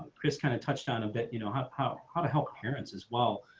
chris kind of touched on a bit you know how how how to help parents as well.